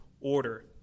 order